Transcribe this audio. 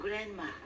Grandma